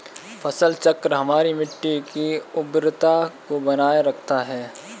फसल चक्र हमारी मिट्टी की उर्वरता को बनाए रखता है